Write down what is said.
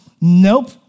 nope